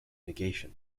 negation